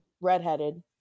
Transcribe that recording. Redheaded